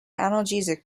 analgesic